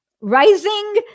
rising